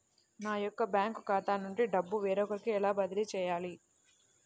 నా యొక్క బ్యాంకు ఖాతా నుండి డబ్బు వేరొకరికి ఎలా బదిలీ చేయాలి?